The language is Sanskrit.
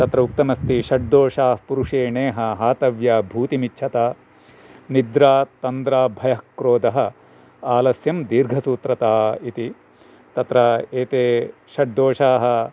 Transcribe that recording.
तत्र उक्तमस्ति षड्दोषा पुरुषेणेह हातव्या भूतिमिच्छता निद्रा तन्द्रा भयः क्रोधः आलस्यं दीर्घसूत्रता इति तत्र एते षड्दोषाः